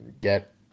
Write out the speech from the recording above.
Get